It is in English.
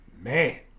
Man